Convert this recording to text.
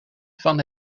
van